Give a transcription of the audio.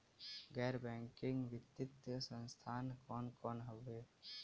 गैर बैकिंग वित्तीय संस्थान कौन कौन हउवे?